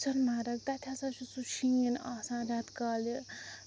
سۄنہٕ مَرگ تَتہِ ہَسا چھُ سُہ شیٖن آسان رٮ۪تہٕ کالہِ